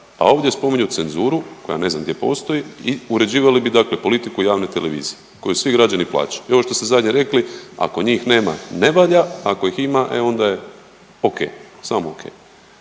a ovdje spominju cenzuru koja ne znam gdje postoji i uređivali bi dakle politiku javne televizije koju svi građani plaćaju. I ovo što ste zadnje rekli, ako njih nema ne valja, ako ih ima e onda je okej, samo okej.